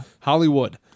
Hollywood